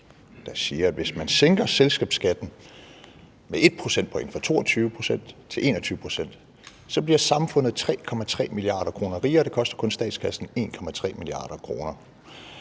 der siger, at hvis man sænker selskabsskatten med 1 procentpoint fra 22 pct. til 21 pct., så bliver samfundet 3,3 mia. kr. rigere, og det koster kun statskassen 1,3 mia. kr.